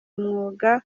mwuga